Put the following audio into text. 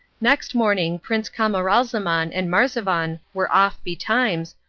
next morning prince camaralzaman and marzavan were off betimes,